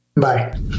Bye